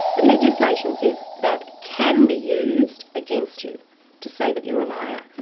the legislation says that can be used against you to say that you're a liar.